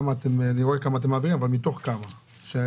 אני רואה כמה אתם מעבירים אבל מתוך כמה שנוצל.